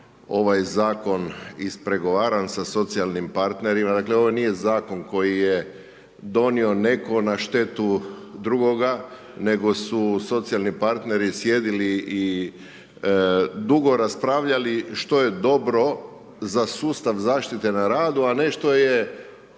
ovaj Zakon ispregovaran sa socijalnim partnerima, dakle, ovo nije zakon koji je donio netko na štetu drugoga, nego su socijalni partneri sjedili i dugo raspravljali što je dobro za sustav zaštite na radu a ne što je